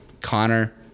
Connor